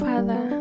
Father